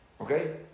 Okay